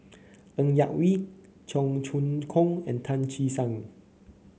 Ng Yak Whee Cheong Choong Kong and Tan Che Sang